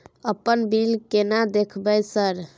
अपन बिल केना देखबय सर?